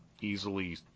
easily